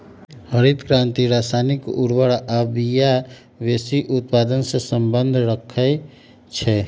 हरित क्रांति रसायनिक उर्वर आ बिया वेशी उत्पादन से सम्बन्ध रखै छै